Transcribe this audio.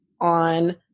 on